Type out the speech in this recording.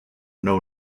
know